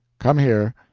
come here!